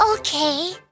Okay